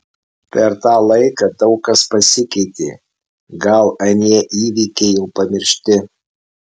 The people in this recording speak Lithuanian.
per tą laiką daug kas pasikeitė gal anie įvykiai jau pamiršti